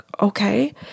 okay